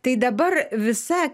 tai dabar visa